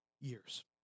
years